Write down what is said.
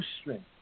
strength